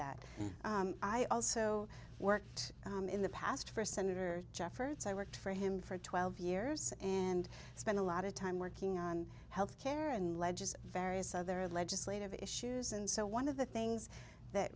that i also worked in the past for senator jeffords i worked for him for twelve years and spent a lot of time working on health care and ledges various other legislative issues and so one of the things that